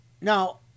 Now